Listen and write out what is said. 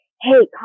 hey